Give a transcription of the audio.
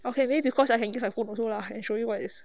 okay maybe because I can give use my phone also ah I can show you what is